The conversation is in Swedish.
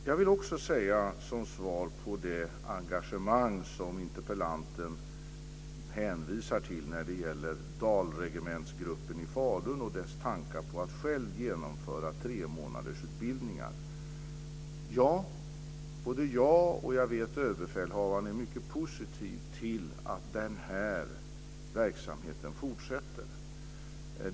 Jag vill också säga något som svar på det engagemang som interpellanten hänvisar till när det gäller dalregementsgruppen i Falun och dess tankar på att själv genomföra tremånadersutbildningar. Både jag och överbefälhavaren, vet jag, är mycket positiva till att den här verksamheten fortsätter.